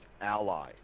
ally